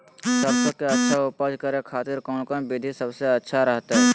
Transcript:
सरसों के अच्छा उपज करे खातिर कौन कौन विधि सबसे अच्छा रहतय?